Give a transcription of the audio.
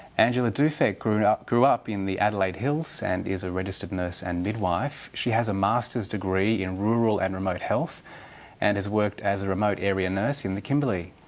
angela dufek grew yeah grew up in the adelaide hills and is a registered nurse and midwife. she has a masters degree in rural and remote health and has worked as a remote area nurse in the kimberley.